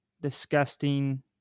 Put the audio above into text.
disgusting